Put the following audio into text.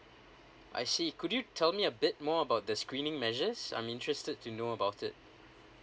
I see could you tell me a bit more about the screening measures I'm interested to know about it